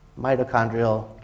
mitochondrial